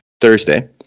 Thursday